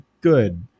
good